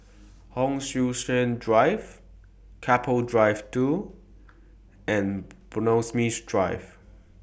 Hon Sui Sen Drive Keppel Drive two and Bloxhome Drive